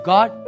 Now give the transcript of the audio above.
God